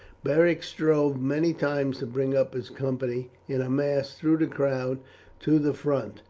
beric strove many times to bring up his company in a mass through the crowd to the front.